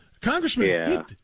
Congressman